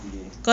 okay